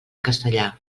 castellà